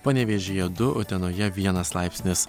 panevėžyje du utenoje vienas laipsnis